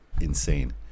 insane